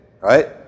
right